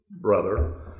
brother